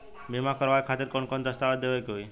बीमा करवाए खातिर कौन कौन दस्तावेज़ देवे के होई?